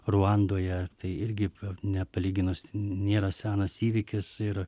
ruandoje tai irgi ne palyginus nėra senas įvykis ir